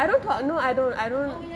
I don't talk no I don't I don't